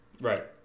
right